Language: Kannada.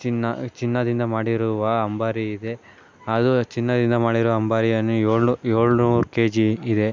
ಚಿನ್ನ ಚಿನ್ನದಿಂದ ಮಾಡಿರುವ ಅಂಬಾರಿ ಇದೆ ಅದು ಚಿನ್ನದಿಂದ ಮಾಡಿರುವ ಅಂಬಾರಿಯನ್ನು ಏಳು ನೂರು ಕೆಜಿ ಇದೆ